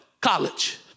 college